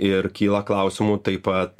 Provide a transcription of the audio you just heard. ir kyla klausimų taip pat